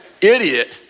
idiot